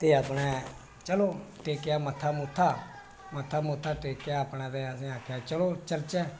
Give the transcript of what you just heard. ते अपने चलो अपने टेकेआ मत्था मूत्था मत्था मूत्था टेकेआ अपने ते चलो चलचै